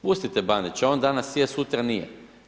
Pustite Bandića, on danas je, sutra nije.